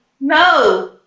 No